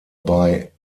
bei